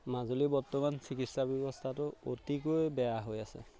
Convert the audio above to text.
মাজুলী বৰ্তমান চিকিৎসা ব্যৱস্থাটো অতিকৈ বেয়া হৈ আছে